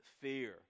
fear